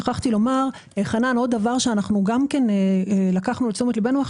שכחתי לומר עוד דבר שלקחנו לתשומת לבנו.